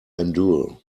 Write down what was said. endure